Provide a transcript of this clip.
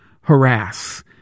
harass